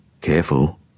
Careful